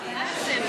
מה זה?